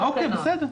בסדר.